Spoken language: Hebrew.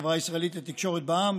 החברה הישראלית לתקשורת בע"מ,